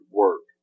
work